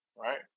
right